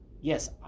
Yes